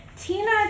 Tina